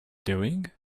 doing